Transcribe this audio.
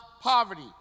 poverty